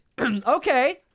Okay